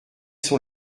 sont